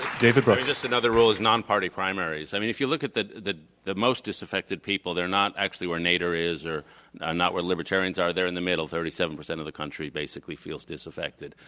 david brooks. just another role is non-party primaries. i mean, if you look at the the most disaffected people, they're not actually where nader is or not where libertarians are. they're in the middle thirty seven percent of the country basically feels disaffected.